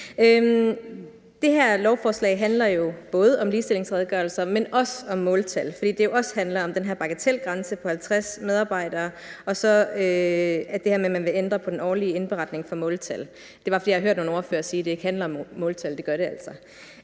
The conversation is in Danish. Det her lovforslag handler jo både om ligestillingsredegørelser, men også om måltal, fordi det også handler om den her bagatelgrænse på 50 medarbejdere og det her med, at man vil ændre på den årlige indberetning for måltal. Det er bare, fordi jeg har hørt nogle ordførere sige, at det ikke handler om måltal,